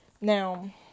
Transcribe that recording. Now